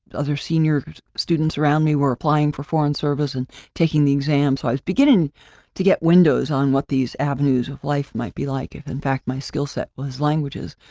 other senior students around me were applying for foreign service and taking the exam, so i was beginning to get windows on what these avenues of life might be like, if in fact, my skill set was languages.